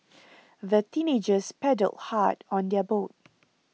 the teenagers paddled hard on their boat